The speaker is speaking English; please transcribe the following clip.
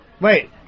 Wait